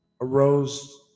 arose